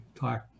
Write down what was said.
talk